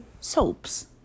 soaps